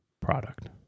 product